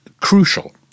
crucial